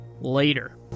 later